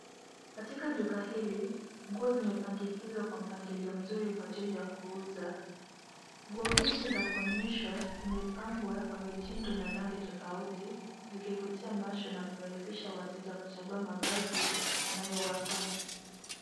Katika duka hili nguo zimepandikizwa kwa mpangilio mzuri kwa ajili ya kuuza. Nguo hizi za kuonyeshwa zimepambwa kwa mitindo na rangi tofauti zikivutia macho na kurahisisha wateja kuchagua mavazi yanayowafaa.